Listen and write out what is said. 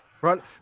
right